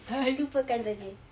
lupakan saja